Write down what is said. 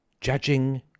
judging